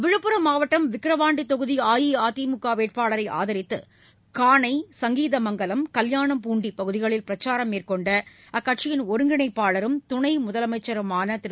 விழுப்புரம் மாவட்டம் விக்கிரவாண்டி தொகுதி அஇஅதிமுக வேட்பாளரை ஆதரித்து காணை சங்கீதமங்கலம் கல்யாணப்பூண்டி பகுதிகளில் பிரச்சாரம் மேற்கொண்ட அக்கட்சியின் ஒருங்கிணைப்பாளரும் துணை முதலமைச்சருமான திரு